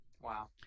Wow